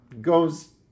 goes